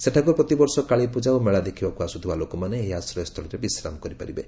ସେଠାକୁ ପ୍ରତିବର୍ଷ କାଳୀପୂଜା ଓ ମେଳା ଦେଖିବାକୁ ଆସୁଥିବା ଲୋକମାନେ ଏହି ଆଶ୍ରୟସ୍ଥଳୀରେ ବିଶ୍ରାମ କରିପାରିବେ